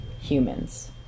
humans